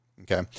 Okay